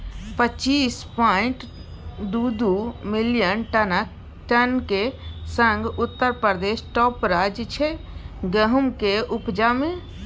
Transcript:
पच्चीस पांइट दु दु मिलियन टनक संग उत्तर प्रदेश टाँप राज्य छै गहुमक उपजा मे